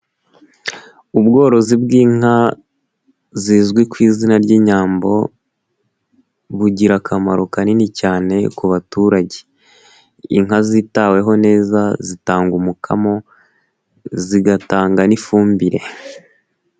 Ubworozi bw'inka zizwi ku izina ry'inyambo, bugira akamaro kanini cyane ku baturage. Inka zitaweho neza zitanga umukamo zigatanga n'ifumbire.